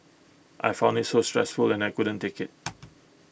I found IT so stressful and I couldn't take IT